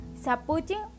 Supporting